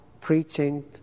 preaching